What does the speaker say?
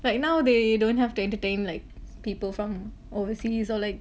like now they don't have to entertain like people from overseas or like